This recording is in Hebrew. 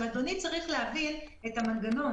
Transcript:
אדוני צריך להבין את המנגנון.